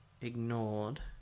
ignored